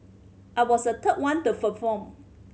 I was the third one to perform